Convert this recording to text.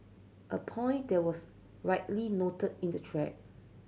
a point that was rightly noted in the thread